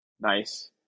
Nice